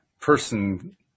person